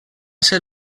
ser